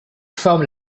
forme